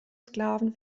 sklaven